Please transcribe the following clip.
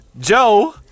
Joe